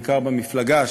בעיקר במפלגה,